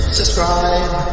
subscribe